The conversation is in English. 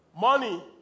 money